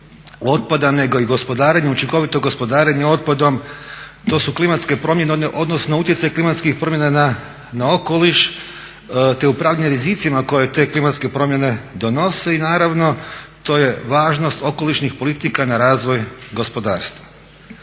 otpada nego i gospodarenju, učinkovitom gospodarenju otpadom. To su klimatske promjene, odnosno utjecaj klimatskih promjena na okoliš, te upravljanje rizicima koje te klimatske promjene donose. I naravno to je važnost okolišnih politika na razvoj gospodarstva.